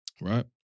Right